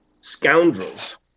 scoundrels